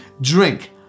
drink